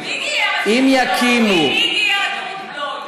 אם יקימו, מי גייר את רות בלוי?